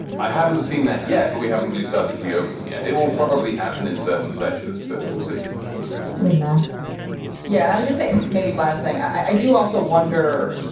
i haven't seen that yet, but we haven't really started reopening yet. it will probably happen in certain sectors, but we'll see what a mess yeah. and i would just say maybe last thing i do also wonder,